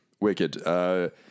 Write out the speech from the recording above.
Wicked